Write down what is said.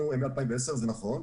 הן מ-2010, זה נכון.